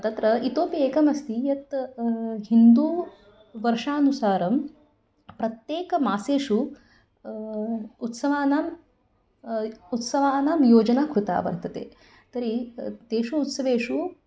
तत्र इतोपि एकमस्ति यत् हिन्दुवर्षानुसारं प्रत्येकमासेषु उत्सवानाम् उत्सवानां योजना कृता वर्तते तर्हि तेषु उत्सवेषु